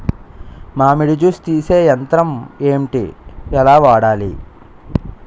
మామిడి జూస్ తీసే యంత్రం ఏంటి? ఎలా వాడాలి?